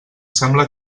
sembla